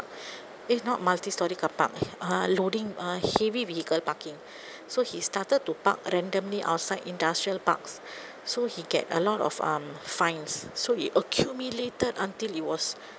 eh not multi storey carpark uh loading uh heavy vehicle parking so he started to park randomly outside industrial parks so he get a lot of um fines so he accumulated until it was